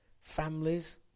Families